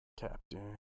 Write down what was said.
Captain